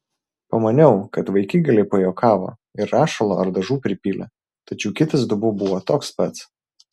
pamaniau kad vaikigaliai pajuokavo ir rašalo ar dažų pripylė tačiau kitas dubuo buvo toks pats